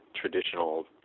traditional